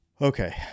Okay